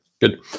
good